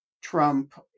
Trump